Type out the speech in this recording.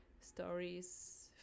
stories